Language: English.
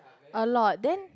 a lot then